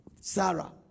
Sarah